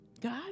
God